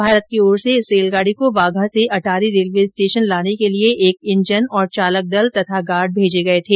भारत की ओर से इस रेलगाडी को वाघा से अटारी रेलवे स्टेशन लाने के लिए एक इंजन और चालक दल तथा गार्ड भेजे गए थे